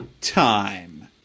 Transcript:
time